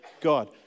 God